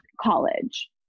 college